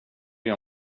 dig